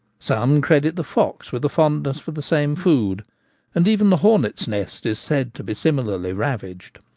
some credit the fox with a fondness for the same food and even the hornet's nest is said to be similarly ravaged.